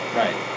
right